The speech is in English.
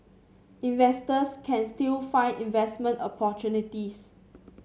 investors can still find investment opportunities